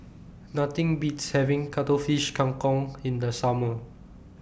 Nothing Beats having Cuttlefish Kang Kong in The Summer